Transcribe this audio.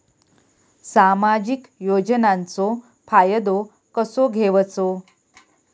सामाजिक योजनांचो फायदो कसो घेवचो?